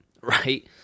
right